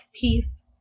peace